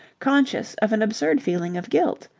conscious of an absurd feeling of guilt.